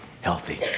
healthy